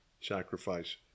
sacrifice